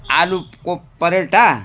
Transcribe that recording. आलुको पराठा